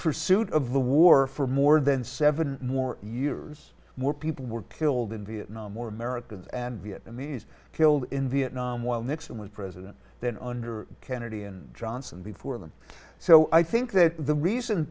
pursuit of the war for more than seven more years more people were killed in vietnam more americans and vietnamese killed in vietnam while nixon was president than under kennedy and johnson before them so i think that the reason